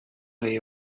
the